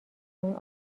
اون